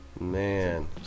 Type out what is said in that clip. Man